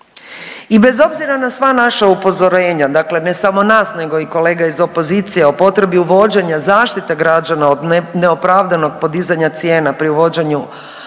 I bez obzira na sva naša upozorenja, dakle ne samo nas nego i kolega iz opozicije o potrebi uvođenja zaštite građana od neopravdanog podizanja cijena pri uvođenju eura